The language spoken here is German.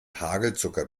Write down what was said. hagelzucker